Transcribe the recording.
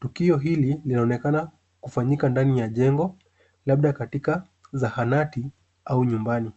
Tukio hili linaonekana kufanyika ndani ya jengo labda katika zahanati au nyumbani.